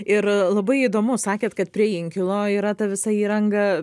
ir labai įdomu sakėt kad prie inkilo yra ta visa įranga